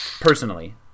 personally